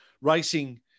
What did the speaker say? racing